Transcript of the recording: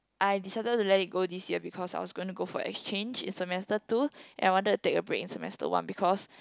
I decided to let it go this year because I was going to go for exchange in semester two and I wanted to take a break in semester one because